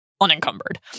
unencumbered